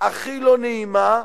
הכי לא נעימה.